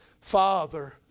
Father